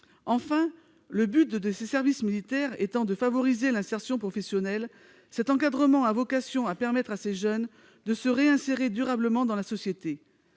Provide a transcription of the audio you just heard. Enfin, le but de ce service militaire étant de favoriser l'insertion professionnelle, cet encadrement a vocation à permettre à ces jeunes de se réinsérer durablement dans la société.